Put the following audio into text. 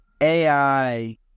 AI